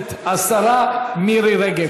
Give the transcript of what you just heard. חברת הכנסת השרה מירי רגב,